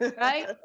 Right